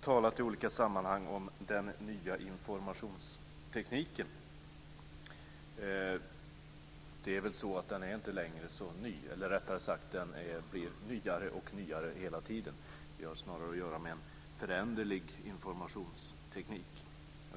talat i olika sammanhang om den nya informationstekniken. Det är väl så att den inte längre är så ny, eller rättare sagt: Den blir nyare och nyare hela tiden. Vi har snarare att göra med en föränderlig informationsteknik.